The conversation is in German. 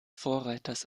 vorreiters